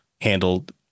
handled